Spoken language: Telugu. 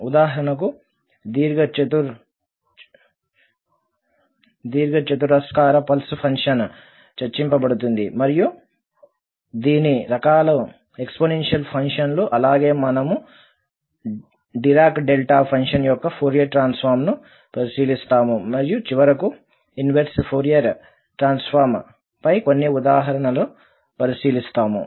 ఉదాహరణకు దీర్ఘచతురస్రాకార పల్స్ ఫంక్షన్ చర్చించబడుతుంది మరియు కొన్ని రకాల ఎక్స్పోనెన్షియల్ ఫంక్షన్లు అలాగే మనము డిరాక్ డెల్టా ఫంక్షన్ యొక్క ఫోరియర్ ట్రాన్సఫార్మ్ ను పరిశీలిస్తాము మరియు చివరకు ఇన్వెర్స్ ఫోరియర్ ట్రాన్సఫార్మ్ పై కొన్ని ఉదాహరణలు పరిశీలిస్తాము